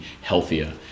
healthier